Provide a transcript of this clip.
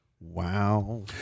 Wow